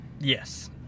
Yes